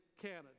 Canada